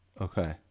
Okay